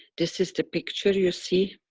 this is the picture you see.